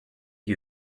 you